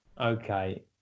Okay